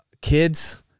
Kids